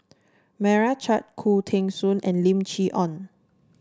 Meira Chand Khoo Teng Soon and Lim Chee Onn